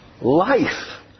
life